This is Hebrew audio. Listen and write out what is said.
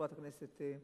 חברת הכנסת וילף,